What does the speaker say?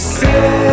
say